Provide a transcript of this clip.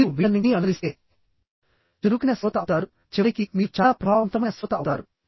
మీరు వీటన్నింటినీ అనుసరిస్తే చురుకైన శ్రోత అవుతారు చివరికి మీరు చాలా ప్రభావవంతమైన శ్రోత అవుతారు